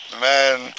man